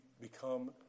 become